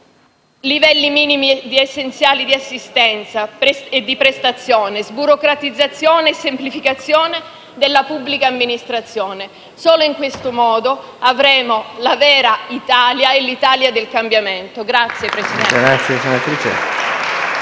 livelli essenziali di assistenza e di prestazione, sburocratizzazione e semplificazione della pubblica amministrazione. Solo in questo modo avremo la vera Italia del cambiamento. *(Applausi